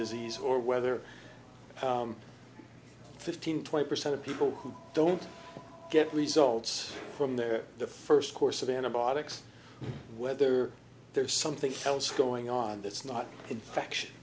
disease or whether fifteen twenty percent of people who don't get results from their first course of antibiotics whether there's something else going on that's not infectio